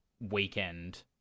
weekend